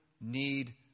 need